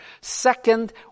Second